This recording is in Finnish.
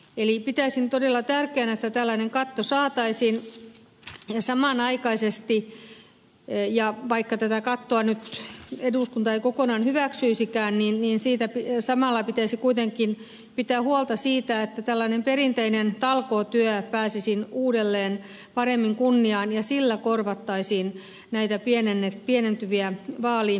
eli pitäisin todella tärkeänä että tällainen katto saataisiin ja samanaikaisesti ja vaikka tätä kattoa nyt eduskunta ei kokonaan hyväksyisikään pitäisi kuitenkin pitää huolta siitä että tällainen perinteinen talkootyö pääsisi uudelleen paremmin kunniaan ja sillä korvattaisiin näitä pienentyviä vaalirahamääriä